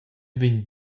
vegn